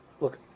look